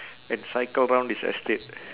and cycle round this estate